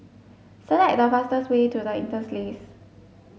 select the fastest way to The Interlace